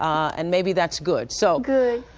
and maybe that's good. so good.